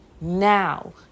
now